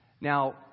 Now